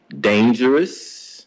dangerous